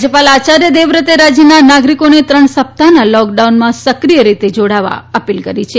રાજયપાલ આચાર્ય દેવવ્રતે રાજયના નાગરીકોને ત્રણ સપ્તાહના લોક ડાઉનમાં સક્રીય રીતે જોડાવા અપીલ કરી છે